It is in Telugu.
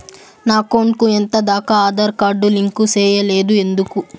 నా అకౌంట్ కు ఎంత దాకా ఆధార్ కార్డు లింకు సేయలేదు ఎందుకు